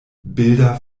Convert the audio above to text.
bilder